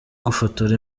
gufotora